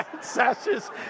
sashes